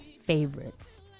favorites